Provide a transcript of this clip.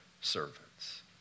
servants